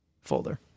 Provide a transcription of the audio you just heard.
folder